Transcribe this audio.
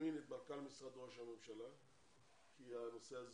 את מנכ"ל משרד ראש הממשלה כי הנושא הזה